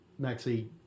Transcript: Maxi